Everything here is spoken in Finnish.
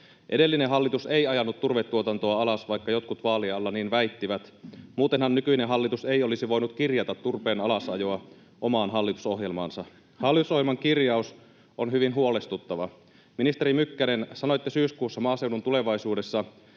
Edellinen hallitus ei ajanut turvetuotantoa alas, vaikka jotkut vaalien alla niin väittivät, muutenhan nykyinen hallitus ei olisi voinut kirjata turpeen alasajoa omaan hallitusohjelmaansa. Hallitusohjelman kirjaus on hyvin huolestuttava. Ministeri Mykkänen, sanoitte syyskuussa Maaseudun Tulevaisuudessa,